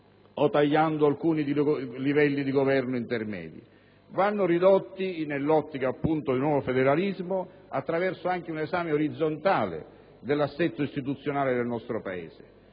o tagliando alcuni livelli di governo intermedi, ma vanno ridotti nell'ottica del nuovo federalismo anche attraverso un esame orizzontale dell'assetto istituzionale del nostro Paese.